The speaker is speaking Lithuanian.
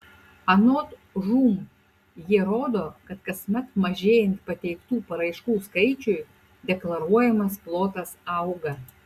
anot žūm jie rodo kad kasmet mažėjant pateiktų paraiškų skaičiui deklaruojamas plotas auga